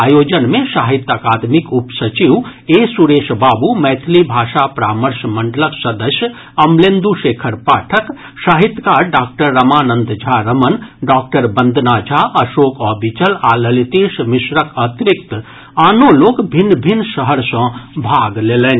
आयोजन मे साहित्य अकादमीक उप सचिव ए सुरेश बाबू मैथिली भाषा परामर्श मंडलक सदस्य अमलेन्दु शेखर पाठक साहित्यकार डॉक्टर रमानंद झा रमण डॉक्टर वन्दना झा अशोक अविचल आ ललितेश मिश्रक अतिरिक्त आनो लोक भिन्न शहर सँ आनो लोक भाग लेलनि